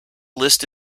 list